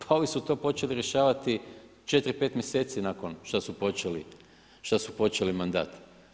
Pa ovi su to počeli rješavati 4, 5 mjeseci nakon što su počeli mandat.